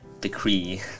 decree